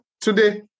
today